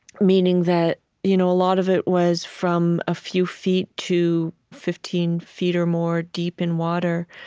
meaning that you know a lot of it was from a few feet to fifteen feet or more deep in water.